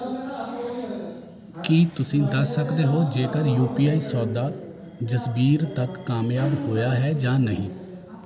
ਕੀ ਤੁਸੀਂਂ ਦੱਸ ਸਕਦੇ ਹੋ ਜੇਕਰ ਯੂ ਪੀ ਆਈ ਸੌਦਾ ਜਸਬੀਰ ਤੱਕ ਕਾਮਯਾਬ ਹੋਇਆ ਹੈ ਜਾਂ ਨਹੀਂ